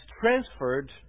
transferred